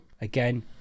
Again